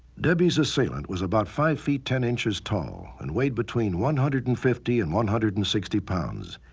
debbie's assailant was about five feet ten inches tall and weighed between one hundred and fifty and one hundred and sixty pounds.